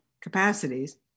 capacities